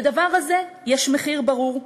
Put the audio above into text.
לדבר הזה יש מחיר ברור.